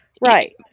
Right